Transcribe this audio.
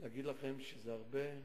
אגיד לכם שזה הרבה?